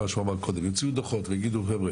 יוציאו דוחות ויגידו - חבר'ה